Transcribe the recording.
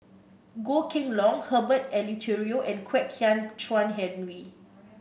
Goh Kheng Long Herbert Eleuterio and Kwek Hian Chuan Henry